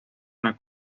una